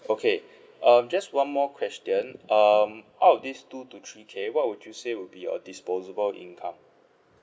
okay um just one more question um out of these two to three K what would you say would be your disposable income